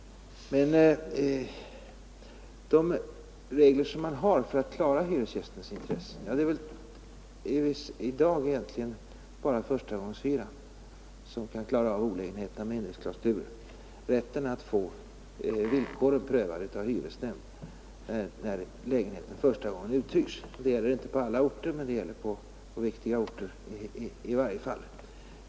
De regler som finns för att klara hyresgästens intressen gäller i dag egentligen bara förstagångshyran. Jag tänker på rätten att få villkoren prövade av hyresnämnd, när lägenheten första gången uthyrs. Det gäller inte överallt men på viktiga orter.